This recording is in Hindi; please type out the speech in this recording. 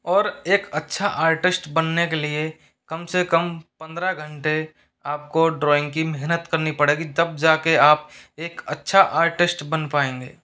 और एक अच्छा आर्टिष्ट बनने के लिए कम से कम पन्द्रह घंटे आपको ड्राइंग की मेहनत करनी पड़ेगी तब जाके आप एक अच्छा आर्टिष्ट बन पाएंगे